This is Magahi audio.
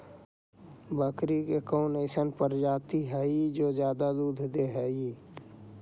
बकरी के कौन अइसन प्रजाति हई जो ज्यादा दूध दे हई?